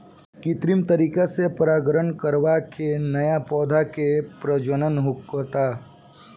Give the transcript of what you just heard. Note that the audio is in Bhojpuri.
कृत्रिम तरीका से परागण करवा के न्या पौधा के प्रजनन होखता